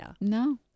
No